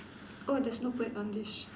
oh there's no bird on this